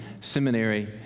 seminary